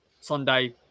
Sunday